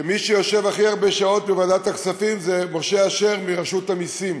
שמי שיושב הכי הרבה שעות בוועדת הכספים זה משה אשר מרשות המסים.